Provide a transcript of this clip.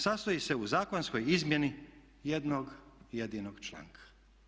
Sastoji se u zakonskoj izmjeni jednog jedinog članka.